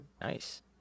Nice